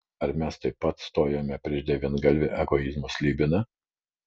ar mes taip pat stojome prieš devyngalvį egoizmo slibiną